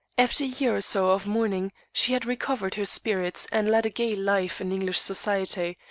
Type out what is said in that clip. after a year or so of mourning she had recovered her spirits, and led a gay life in english society,